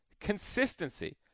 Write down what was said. Consistency